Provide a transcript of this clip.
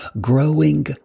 Growing